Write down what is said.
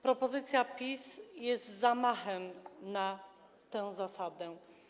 Propozycja PiS-u jest zamachem na tę zasadę.